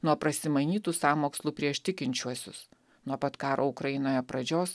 nuo prasimanytų sąmokslų prieš tikinčiuosius nuo pat karo ukrainoje pradžios